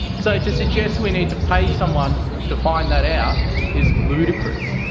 so to suggest we need to pay someone to find that out is ludicrous,